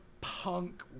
punk